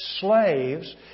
slaves